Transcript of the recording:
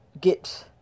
get